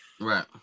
right